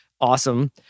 awesome